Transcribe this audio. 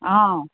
অঁ